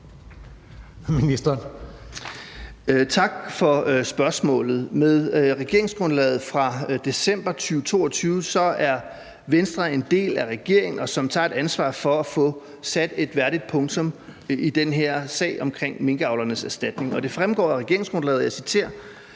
Tak for spørgsmålet. Med regeringsgrundlaget fra december 2022 er Venstre en del af regeringen, som tager et ansvar for at få sat et værdigt punktum i den her sag om minkavlernes erstatning. Det fremgår af regeringsgrundlaget, hvor der